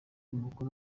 umukono